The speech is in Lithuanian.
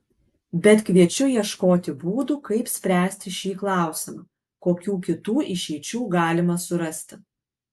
bet kviečiu ieškoti būdų kaip spręsti šį klausimą kokių kitų išeičių galima surasti